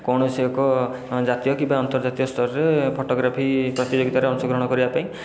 କୌଣସି ଏକ ଜାତୀୟ କିମ୍ବା ଆର୍ନ୍ତଜାତୀୟ ସ୍ତରରେ ଫଟୋଗ୍ରାଫି ପ୍ରତିଯୋଗିତାରେ ଅଂଶଗ୍ରହଣ କରିବାପାଇଁ